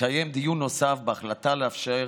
לקיים דיון נוסף בהחלטה לאפשר